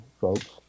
folks